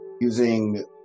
using